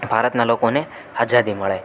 ભારતના લોકોને આઝાદી મળે